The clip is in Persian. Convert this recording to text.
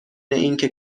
اینکه